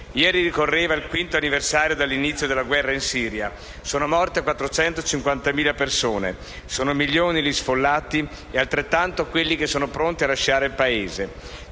Ieri ricorreva il quinto anniversario dall'inizio della guerra in Siria: sono morte 450.000 persone, sono milioni gli sfollati e altrettanti quelli che sono pronti a lasciare il Paese.